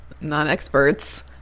non-experts